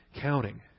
counting